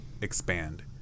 expand